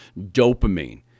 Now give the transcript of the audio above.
dopamine